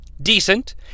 decent